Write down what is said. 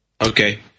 Okay